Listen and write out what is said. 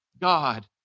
God